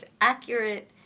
accurate